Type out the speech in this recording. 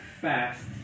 fast